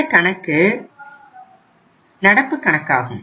இந்த கணக்கு நடப்பு கணக்காகும்